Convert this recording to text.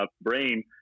brain